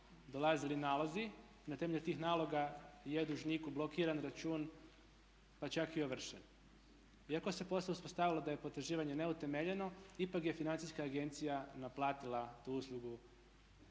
dolazili nalozi. Na temelju tih naloga je dužniku blokiran račun pa čak i ovršen. Iako se poslije uspostavilo da je potraživanje neutemeljeno ipak je Financijska agencija naplatila tu uslugu